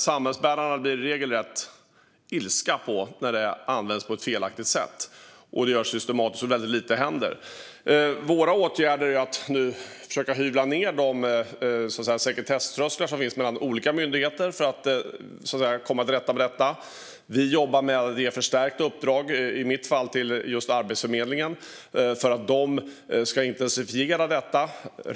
Samhällsbärare blir dock i regel rätt ilskna när skattepengar systematiskt används på ett felaktigt sätt och väldigt lite händer. Våra åtgärder för att komma till rätta med detta handlar nu om att försöka att hyvla ned de sekretesströsklar som finns mellan olika myndigheter. Vi jobbar med att ge ett förstärkt uppdrag, i mitt fall till just Arbetsförmedlingen, för att de ska intensifiera detta.